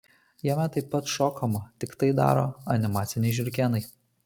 jame taip pat šokama tik tai daro animaciniai žiurkėnai